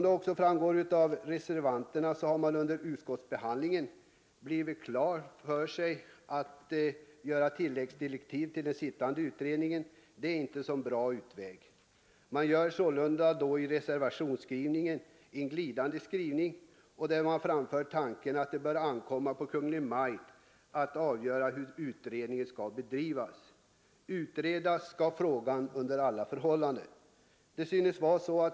Enligt reservanterna har man under utskottsbehandlingen frångått tanken att ge tilläggsdirektiv till den sittande utredningen. Det är inte någon bra utväg. I reservationen framförs i en glidande skrivning tanken att det får ankomma på Kungl. Maj:t att avgöra hur utredningen skall bedrivas. Utredas skall frågan under alla förhållanden.